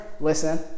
listen